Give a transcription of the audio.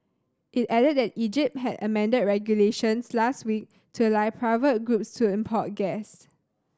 it added that Egypt had amended regulations last week to allow private groups to import gas